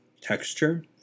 texture